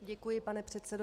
Děkuji, pane předsedo.